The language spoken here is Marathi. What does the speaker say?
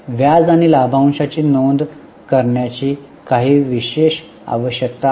व्याज आणि लाभांशाची नोंद करण्याची काही विशेष आवश्यकता आहे